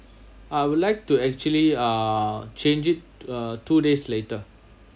I would like to actually uh change it uh two days later